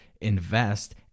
invest